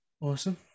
Awesome